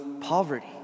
poverty